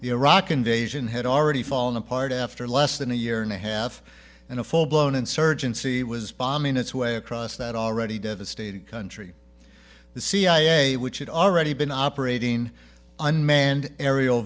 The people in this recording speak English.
the iraq invasion had already fallen apart after less than a year and a half and a full blown insurgency was bombing its way across that already devastated country the cia which had already been operating unmanned aeri